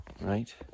right